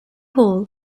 hall